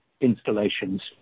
installations